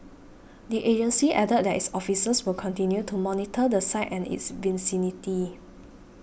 the agency added that its officers will continue to monitor the site and its vicinity